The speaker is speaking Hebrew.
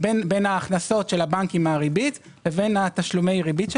בין ההכנסות של הבנקים מהריבית לבין תשלומי הריבית שלהם.